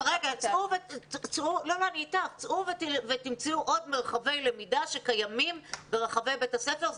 צאו ותמצאו עוד מרחבי למידה שקיימים ברחבי בית הספר.